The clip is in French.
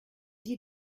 dit